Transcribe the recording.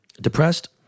Depressed